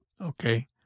okay